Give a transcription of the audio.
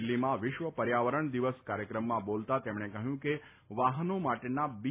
દિલ્હીમાં વિશ્વ પર્યાવરણ દિવસ કાર્યક્રમમાં બોલતાં તેમણે કહ્યું કે વાહનો માટેના બી